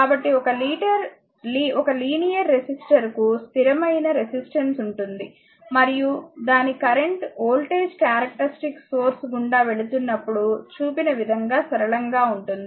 కాబట్టి ఒక లీనియర్ రెసిస్టర్కు స్థిరమైన రెసిస్టెన్స్ ఉంటుంది మరియు దాని కరెంట్ వోల్టేజ్ క్యారెక్టరెస్టిక్స్ సోర్స్ గుండా వెళుతున్నప్పుడు చూపిన విధంగా సరళంగా ఉంటుంది